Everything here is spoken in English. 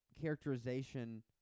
characterization